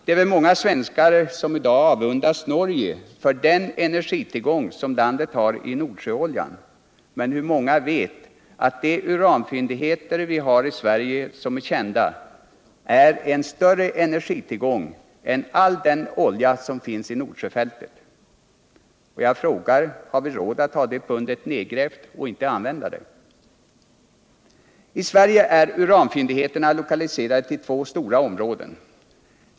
Det är väl många svenskar som i dag avundas Norge för den encergitillgång som landet har i Nordsjöoljan, men hur många vet att Sveriges kända uranfyndigheter är en större energitillgång än all den olja som finns i Nordsjöfältet? Jag frågar: Har vi råd att ha det pundet nedgrävt och inte använda det”? I Sverige är uranfyndigheterna lokaliserade till två stora regioner.